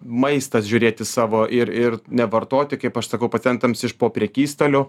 maistas žiūrėti savo ir ir nevartoti kaip aš sakau pacientams iš po prekystalio